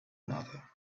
another